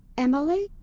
emily,